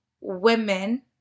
women